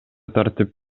тартип